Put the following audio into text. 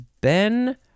Ben